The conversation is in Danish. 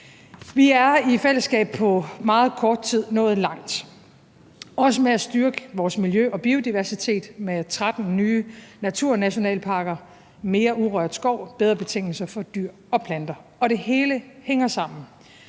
Vi er i fællesskab på meget kort tid nået langt, også med at styrke vores miljø og biodiversitet med 13 nye naturnationalparker, mere urørt skov, bedre betingelser for dyr og planter, og det hele hænger sammen,